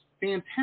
Fantastic